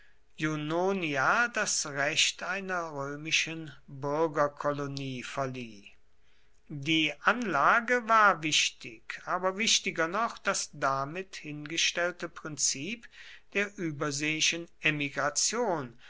das recht einer römischen bürgerkolonie verlieh die anlage war wichtig aber wichtiger noch das damit hingestellte prinzip der überseeischen emigration